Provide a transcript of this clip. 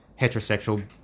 heterosexual